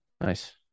Nice